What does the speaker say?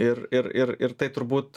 ir ir ir ir tai turbūt